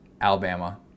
Alabama